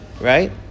Right